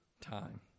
time